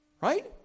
Right